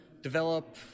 develop